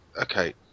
okay